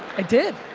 i did.